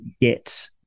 get